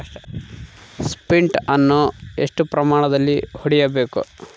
Sprint ಅನ್ನು ಎಷ್ಟು ಪ್ರಮಾಣದಲ್ಲಿ ಹೊಡೆಯಬೇಕು?